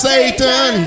Satan